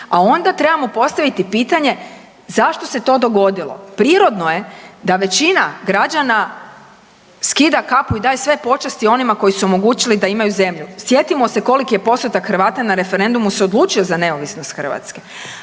A onda trebamo postaviti pitanje zašto se to dogodilo. Prirodno je da većina građana skida kapu i daje sve počasti onima koji su omogućili da imaju zemlju. Sjetimo se koliki je postotak Hrvata na referendumu se odlučilo za neovisnost Hrvatske,